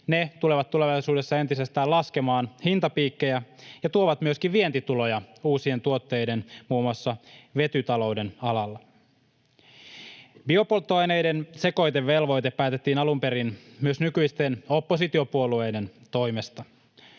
Ne tulevat tulevaisuudessa entisestään laskemaan hintapiikkejä ja tuovat myöskin vientituloja uusien tuotteiden, muun muassa vetytalouden, alalla. Biopolttoaineiden sekoitevelvoite päätettiin alun perin myös nykyisten oppositiopuolueiden toimesta.